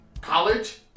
college